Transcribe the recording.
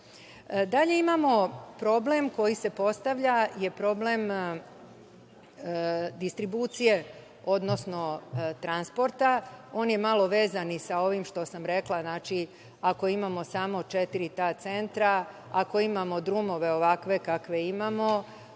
imamo problem koji se postavlja, to je problem distribucije odnosno transporta. On je malo vezan i sa ovim što sam rekla. Znači, ako imamo samo četiri ta centra, ako imamo drumove ovakve kakve imamo,